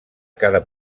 cada